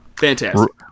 Fantastic